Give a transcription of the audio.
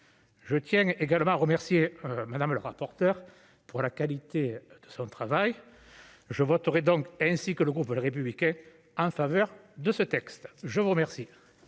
Je tiens également à remercier, madame le rapporteur pour la qualité de son travail, je voterai donc ainsi que le groupe, les républicains en faveur de ce texte, je vous remercie.